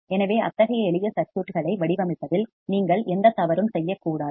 எனவே அத்தகைய எளிய சர்க்யூட்களை வடிவமைப்பதில் நீங்கள் எந்த தவறும் செய்யக்கூடாது